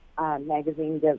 magazine